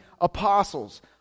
apostles